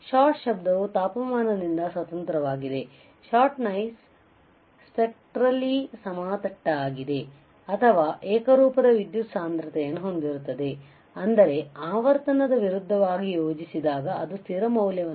shot ಶಬ್ದವು ತಾಪಮಾನದಿಂದ ಸ್ವತಂತ್ರವಾಗಿದೆ ಶಾಟ್ ನಾಯ್ಸ್ ಸ್ಪೆಕ್ಟ್ರಲಿ ಸಮತಟ್ಟಾಗಿದೆ ಅಥವಾ ಏಕರೂಪದ ವಿದ್ಯುತ್ ಸಾಂದ್ರತೆಯನ್ನು ಹೊಂದಿರುತ್ತದೆ ಅಂದರೆ ಆವರ್ತನದ ವಿರುದ್ಧವಾಗಿ ಯೋಜಿಸಿದಾಗ ಅದು ಸ್ಥಿರ ಮೌಲ್ಯವನ್ನುconstant value